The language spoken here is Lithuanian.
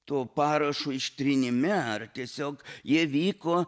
to parašo ištrynime ar tiesiog jie vyko